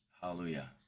Hallelujah